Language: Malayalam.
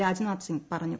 രാജ്നാഥ് സീങ് പറഞ്ഞു